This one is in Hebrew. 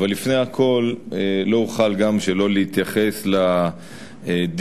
אבל לפני הכול לא אוכל שלא להתייחס לדיון